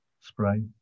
spray